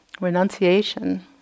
Renunciation